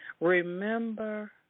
Remember